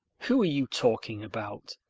who are you talking about?